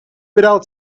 without